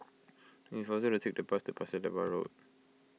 it is faster to take the bus to Pasir Laba Road